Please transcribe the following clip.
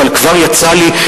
אבל קצת יצא לי,